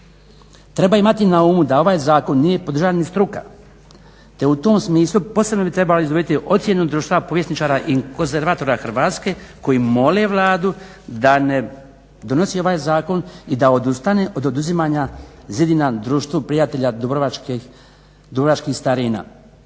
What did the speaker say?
Treba imati na umu da ovaj zakon nije podržala ni struka te u tom smislu bi trebalo posebno izdvojiti ocjenu Društvu povjesničara i konzervatora Hrvatska koji mole Vladu da ne donosi ovaj zakon i da odustane od oduzimanja zidina Društvu prijatelja dubrovačkih starina.